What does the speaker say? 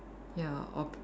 ya orpe~